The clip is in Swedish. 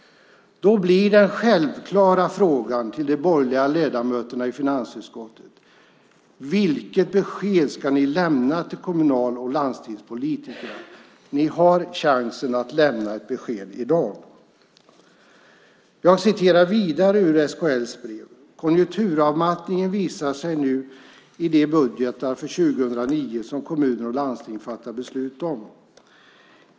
Den självklara frågan till de borgerliga ledamöterna i finansutskottet blir: Vilket besked ska ni lämna till kommunal och landstingspolitikerna? Ni har chansen att lämna ett besked i dag. Jag citerar vidare ur SKL:s brev: "Konjunkturavmattningen visar sig nu i de budgetar för 2009 som kommuner och landsting fattar beslut om."